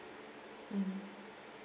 mm